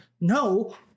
No